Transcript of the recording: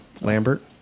Lambert